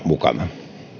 mukana